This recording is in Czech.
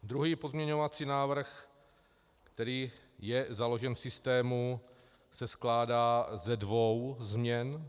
Druhý pozměňovací návrh, který je založen v systému, se skládá ze dvou změn.